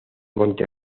monte